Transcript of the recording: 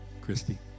Christy